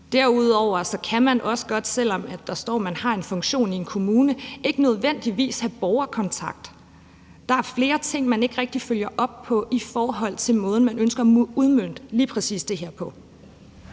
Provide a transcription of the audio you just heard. sådan, at man, selv om der står, at man har en funktion i en kommune, ikke nødvendigvis have borgerkontakt. Der er flere ting, man ikke rigtig følger op på i forhold til måden, man ønsker at udmønte